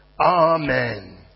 Amen